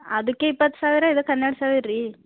ಅದಕ್ಕೆ ಇಪ್ಪತ್ತು ಸಾವಿರ ಇದಕ್ಕೆ ಹನ್ನೆರಡು ಸಾವಿರ ರೀ